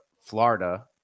Florida